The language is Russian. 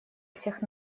всех